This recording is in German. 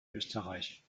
österreich